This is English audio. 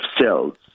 cells